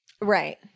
Right